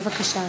בבקשה,